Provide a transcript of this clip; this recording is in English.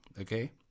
Okay